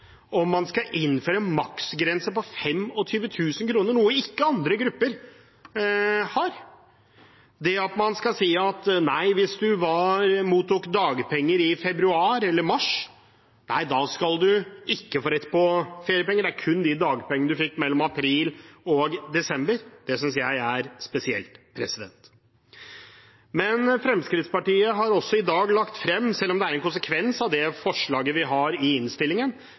om hvorvidt man skal innføre maksgrense på 25 000 kr, noe ikke andre grupper har, at man skal si at hvis du mottok dagpenger i februar eller mars, nei, da skal du ikke få rett på feriepenger, det gjelder kun de dagpengene du fikk mellom april og desember, synes jeg er spesielt. Fremskrittspartiet har også i dag lagt frem – selv om det er en konsekvens av det forslaget vi har i innstillingen